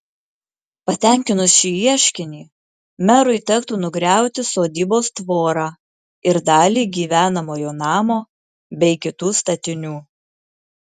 patenkinus šį ieškinį merui tektų nugriauti sodybos tvorą ir dalį gyvenamojo namo bei kitų statinių